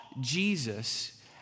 Jesus